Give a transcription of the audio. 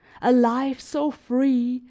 a life so free,